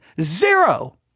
zero